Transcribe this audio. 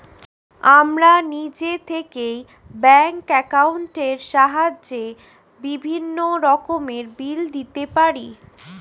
আমরা নিজে থেকেই ব্যাঙ্ক অ্যাকাউন্টের সাহায্যে বিভিন্ন রকমের বিল দিতে পারি